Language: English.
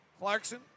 Clarkson